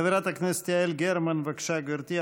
חברת הכנסת יעל גרמן, בבקשה, גברתי.